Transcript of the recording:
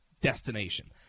destination